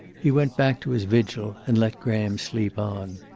he went back to his vigil, and let graham sleep on.